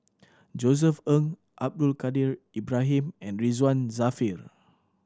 Josef Ng Abdul Kadir Ibrahim and Ridzwan Dzafir